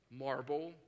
marble